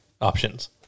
options